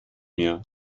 mir